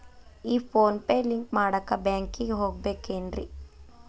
ಈ PhonePe link ಮಾಡಾಕ ಬ್ಯಾಂಕಿಗೆ ಹೋಗ್ಬೇಕೇನ್ರಿ?